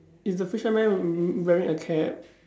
is the fisherman w~ wearing a cap